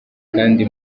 kandi